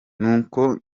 nuko